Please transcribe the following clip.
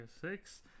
six